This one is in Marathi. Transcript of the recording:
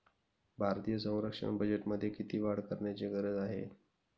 भारतीय संरक्षण बजेटमध्ये किती वाढ करण्याची गरज आहे?